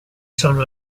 sono